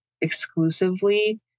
exclusively